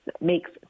makes